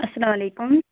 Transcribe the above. اسلامُ علیکم